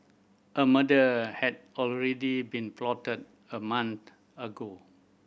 a murder had already been plotted a month ago